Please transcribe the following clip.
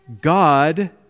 God